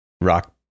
rock